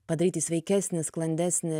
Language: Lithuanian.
padaryti sveikesnį sklandesnį